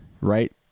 right